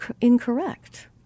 incorrect